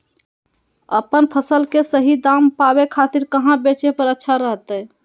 अपन फसल के सही दाम पावे खातिर कहां बेचे पर अच्छा रहतय?